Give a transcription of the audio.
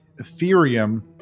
Ethereum